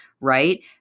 right